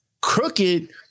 Crooked